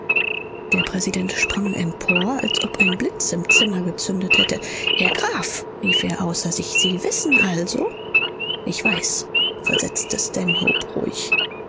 der präsident sprang empor als ob ein blitz im zimmer gezündet hätte herr graf rief er außer sich sie wissen also ich weiß versetzte stanhope ruhig